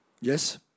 Yes